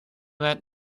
lend